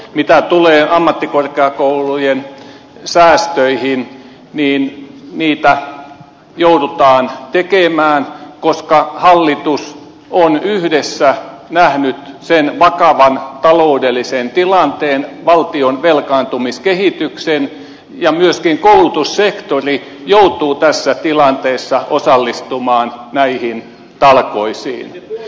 mitä tulee ammattikorkeakoulujen säästöihin niin niitä joudutaan tekemään koska hallitus on yhdessä nähnyt sen vakavan taloudellisen tilanteen valtion velkaantumiskehityksen ja myöskin koulutussektori joutuu tässä tilanteessa osallistumaan näihin talkoisiin